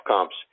comps